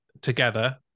together